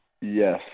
Yes